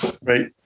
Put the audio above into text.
Right